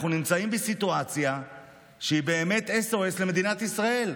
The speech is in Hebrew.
אנחנו נמצאים בסיטואציה שהיא באמת SOS למדינת ישראל.